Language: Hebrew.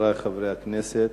חברי חברי הכנסת,